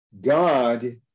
God